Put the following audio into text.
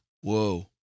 Whoa